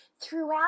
throughout